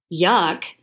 yuck